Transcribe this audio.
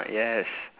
yes